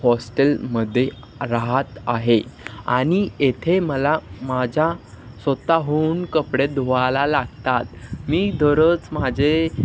हॉस्टेलमध्ये राहत आहे आणि इथे मला माझ्या स्वत होऊन कपडे धुवायला लागतात मी दररोज माझे